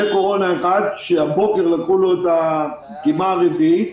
שהבוקר לקחו לו את הדגימה הרביעית